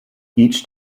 each